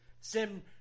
Sim